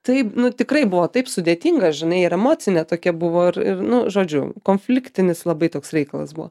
taip nu tikrai buvo taip sudėtinga žinai ir emocinė tokia buvo ir nu žodžiu konfliktinis labai toks reikalas buvo